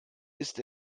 ist